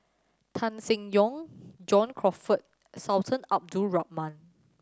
Tan Seng Yong John Crawfurd Sultan Abdul Rahman